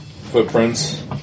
footprints